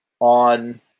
on